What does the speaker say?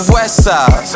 Westside